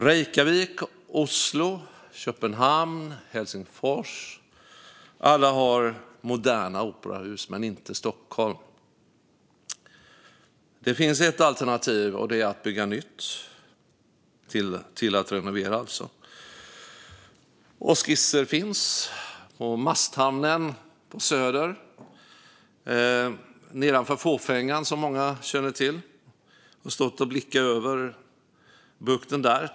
Reykjavik, Oslo, Köpenhamn och Helsingfors - alla har moderna operahus, men inte Stockholm. Det finns ett alternativ till att renovera, och det är att bygga nytt. Skisser finns. Det gäller Masthamnen på Söder, nedanför Fåfängan, som många känner till efter att ha stått och blickat ut över bukten därifrån.